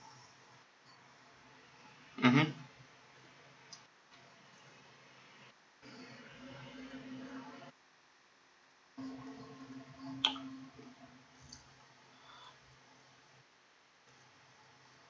mmhmm